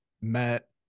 met